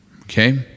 Okay